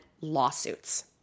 lawsuits